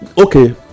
okay